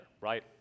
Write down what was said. right